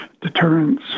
deterrence